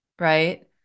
right